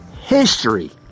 history